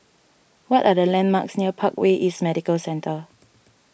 what are the landmarks near Parkway East Medical Centre